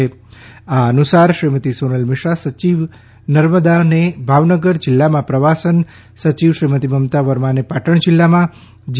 તદ્દઅનુસાર શ્રીમતી સોનલ મિશ્રા સચિવશ્રી નર્મદાને ભાવનગર જિલ્લામાં પ્રવાસન સચિવ શ્રીમતી મમતા વર્માને પાટણ જિલ્લામાં જી